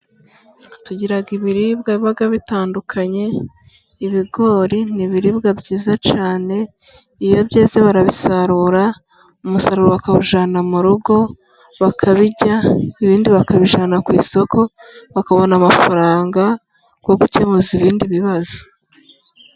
Tugira ibiribwa biba bitandukanye, ibigori n'ibiribwa byiza cyane iyo byeze barabisarura, umusaruro bakawuvana mu rugo bakabirya, ibindi bakabijyana ku isoko bakabona amafaranga yo gukemuza ibindi bibazo.